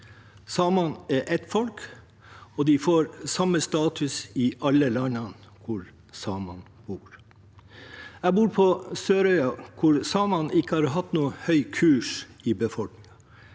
Samene er ett folk, og de får samme status i alle landene hvor samene bor. Jeg bor på Sørøya, hvor samene ikke har stått høyt i kurs i befolkningen.